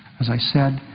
as i said,